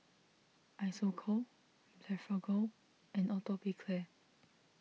Isocal Blephagel and Atopiclair